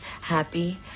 happy